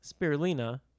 spirulina